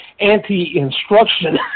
anti-instruction